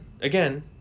Again